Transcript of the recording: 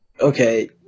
okay